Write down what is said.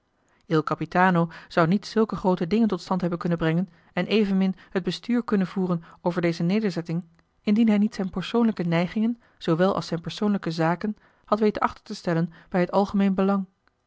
il capitano zou niet zulke groote dingen tot stand hebben kunnen brengen en evenmin het bestuur kunnen voeren over deze nederzetting indien hij niet zijn persoonlijke neigingen zoowel als zijn persoonlijke zaken had weten achter te stellen bij het algemeen belang